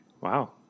Wow